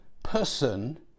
person